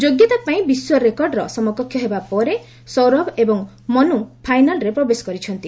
ଯୋଗ୍ୟତାପାଇଁ ବିଶ୍ୱ ରେକର୍ଡ଼ର ସମକକ୍ଷ ହେବା ପରେ ସୌରଭ ଏବଂ ମନୁ ଫାଇନାଲ୍କରେ ପ୍ରବେଶ କରିଛନ୍ତି